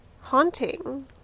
haunting